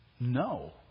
No